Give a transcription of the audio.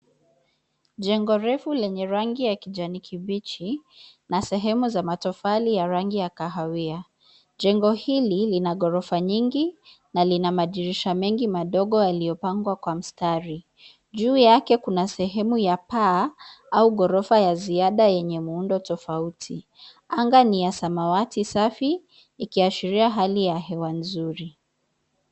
Jengo refu lenye rangi ya kijani kibichi, na sehemu za matofali ya rangi ya kahawia, jengo hili lina ghorofa nyingi, na lina madirisha mengi madogo yaliyopangwa kwa mstari, juu yake kuna sehemu ya paa, au ghorofa ya ziada yenye muundo tofauti, anga ni ya samawati safi, ikiashiria hali ya hewa nzuri.